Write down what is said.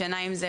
ישנה עם זה,